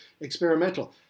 experimental